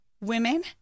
women